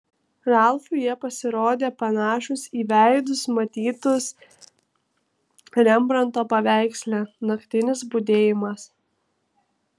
ralfui jie pasirodė panašūs į veidus matytus rembranto paveiksle naktinis budėjimas